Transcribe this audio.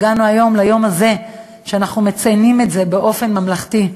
הגענו היום ליום הזה שבו אנחנו מציינים את זה באופן ממלכתי.